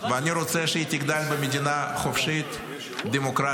ואני רוצה שהיא תגדל במדינה חופשית, דמוקרטית,